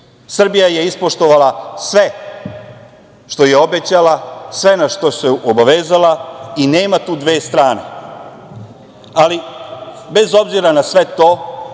Srbija je ispoštovala sve što je obećala, sve našta se obavezala i nema tu dve strane. Bez obzira na sve to,